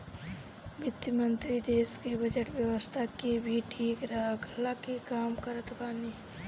वित्त मंत्री देस के बजट व्यवस्था के भी ठीक रखला के काम करत बाने